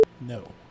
no